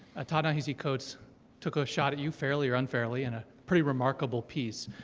ta-nehisi coates took a shot at you fairly or unfairly, in a pretty remarkable piece.